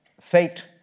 fate